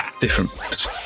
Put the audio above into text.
different